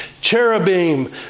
cherubim